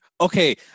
okay